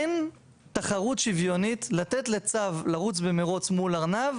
אין תחרות שוויונית לתת לצב לרוץ במרוץ מול ארנב,